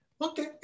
okay